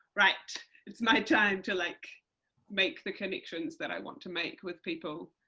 right it's my time to like make the connections that i want to make with people,